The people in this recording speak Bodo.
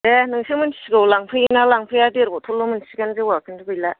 दे नोंसो मिथिसिगौ लांफैयोना लांफैया देर बथ'लल' मोनसिगोन जौवा किन्तु गैला